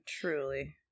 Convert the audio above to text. Truly